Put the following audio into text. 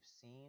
seen